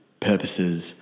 purposes